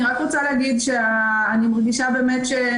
אני רק רוצה להגיד שאני באמת מרגישה שמדיון